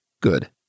good